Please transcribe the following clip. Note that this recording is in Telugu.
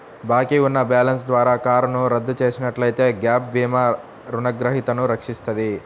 బాకీ ఉన్న బ్యాలెన్స్ ద్వారా కారును రద్దు చేసినట్లయితే గ్యాప్ భీమా రుణగ్రహీతను రక్షిస్తది